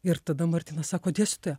ir tada martyna sako dėstytoja